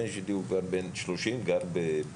הבן שלי בן 30, גר בשדרות.